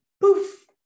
poof